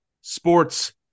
sports